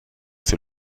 ces